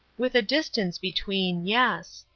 with a distance between yes.